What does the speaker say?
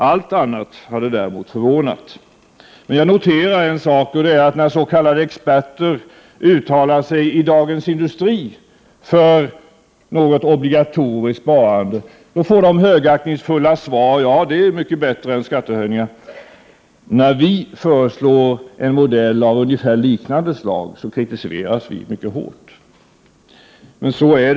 Allt annat hade däremot förvånat. Jag har noterat att när s.k. experter uttalar sig i Dagens Industri för någon form av obligatoriskt sparande får de högaktningsfulla kommentarer, som går ut på att ett sådant är mycket bättre än skattehöjningar. När vi föreslår en modell av ungefär liknande slag kritiseras vi däremot mycket hårt.